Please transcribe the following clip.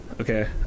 okay